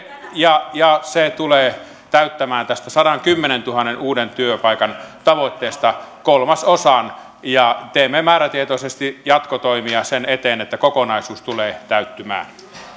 ja ja se tulee täyttämään tästä sadankymmenentuhannen uuden työpaikan tavoitteesta kolmasosan teemme määrätietoisesti jatkotoimia sen eteen että kokonaisuus tulee täyttymään